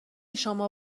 شما